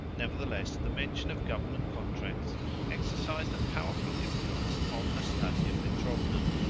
nevertheless the mention of government contracts exercised a powerful influence upon nastasia petrovna,